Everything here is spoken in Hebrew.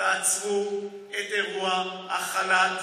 תעצרו את אירוע החל"ת,